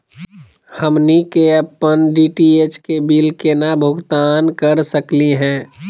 हमनी के अपन डी.टी.एच के बिल केना भुगतान कर सकली हे?